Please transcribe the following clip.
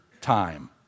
time